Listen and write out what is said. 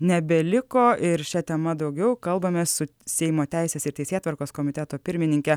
nebeliko ir šia tema daugiau kalbame su seimo teisės ir teisėtvarkos komiteto pirmininke